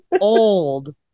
old